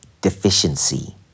deficiency